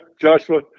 Joshua